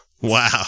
Wow